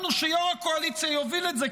אמרנו שיו"ר הקואליציה יוביל את זה,